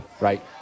Right